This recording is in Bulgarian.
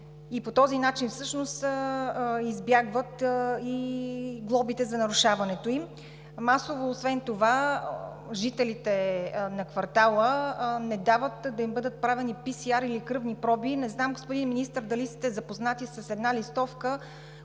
и по този начин всъщност избягват и глобите за нарушаването им. Масово, освен това, жителите на квартала не дават да им бъдат правени PCR или кръвни проби. Не знам, господин Министър, дали сте запознат с една фалшива